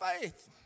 faith